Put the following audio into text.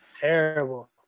terrible